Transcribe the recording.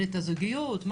ברית הזוגיות,